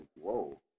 whoa